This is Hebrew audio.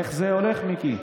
איך זה הולך, מיקי?